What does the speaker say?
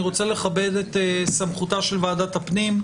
רוצה לכבד את סמכותה של ועדת הפנים,